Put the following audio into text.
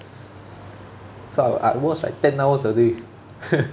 so I I watch like ten hours a day